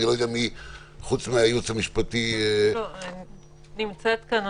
אני לא יודע מי חוץ מהייעוץ המשפטי --- נמצאת כאן,